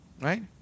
right